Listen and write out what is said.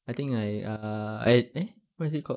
I think I err uh eh eh what is it called